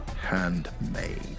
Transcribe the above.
Handmade